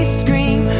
scream